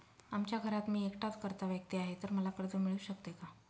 आमच्या घरात मी एकटाच कर्ता व्यक्ती आहे, तर मला कर्ज मिळू शकते का?